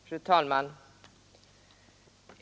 Fru talman!